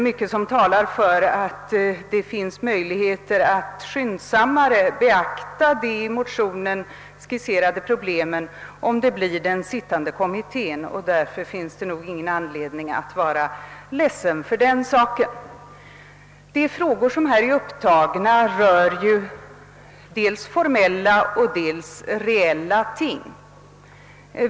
Mycket talar för att det finns möjligheter att skyndsammare beakta de i motionen skisserade problemen om det blir den sittande kommittén, och därför finns det nog ingen anledning att vara ledsen i detta sammanhang. De frågor som här är upptagna rör ju dels formella och dels reella ting.